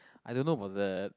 I don't know about that